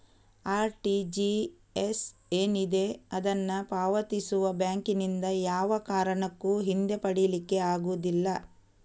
RTGS ಏನಿದೆ ಅದನ್ನ ಪಾವತಿಸುವ ಬ್ಯಾಂಕಿನಿಂದ ಯಾವ ಕಾರಣಕ್ಕೂ ಹಿಂದೆ ಪಡೀಲಿಕ್ಕೆ ಆಗುದಿಲ್ಲ